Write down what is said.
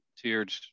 tiered